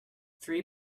three